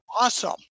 awesome